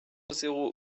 zéro